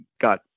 got